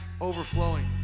overflowing